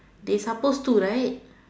they supposed to right